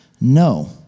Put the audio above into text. No